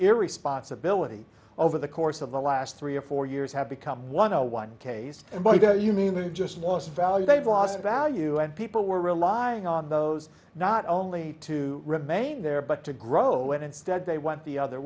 irresponsibility over the course of the last three or four years have become one no one case and why don't you mean who just lost value they've lost value and people were relying on those not only to remain there but to grow and instead they went the other